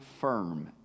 firm